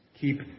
Keep